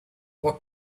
what